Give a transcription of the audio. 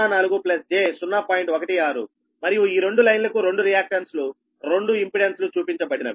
16 మరియు ఈ రెండు లైన్లకు 2 రియాక్టన్స్ లు 2 ఇంపెడెన్స్ లు చూపించబడినవి